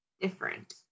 different